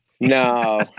No